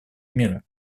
мира